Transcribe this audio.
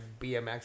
BMX